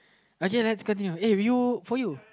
okay let's continue uh if you for you